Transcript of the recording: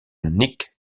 nick